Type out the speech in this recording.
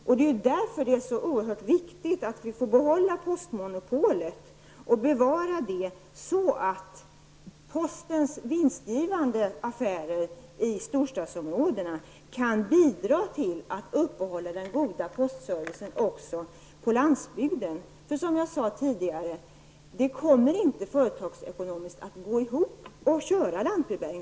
Men det är ju därför som det är oerhört viktigt att vi får behålla postmonopolet. Det gäller att bevara detta, så att postens vinstgivande affärer i storstadsområdena kan bidra till att en god postservice kan upprätthållas på landsbygden. Lantbrevbäringen kommer inte, som jag tidigare har sagt, att gå ihop. Den blir inte företagsekonomiskt lönsam. Detta vet vi alltså.